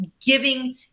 giving